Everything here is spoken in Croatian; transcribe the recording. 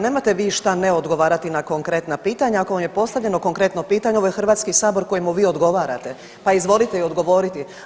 Nemate vi šta ne odgovarati na konkretna pitanja, ako vam je postavljeno konkretno pitanje ovo je HS kojemu vi odgovarate, pa izvolite i odgovoriti.